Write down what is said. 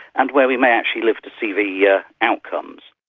and where we may actually live to see the yeah outcomes.